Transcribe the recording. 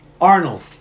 Arnold